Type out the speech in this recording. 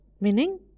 Meaning